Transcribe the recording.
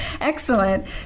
Excellent